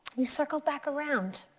you circled back around.